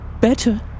better